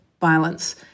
violence